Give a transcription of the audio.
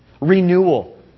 Renewal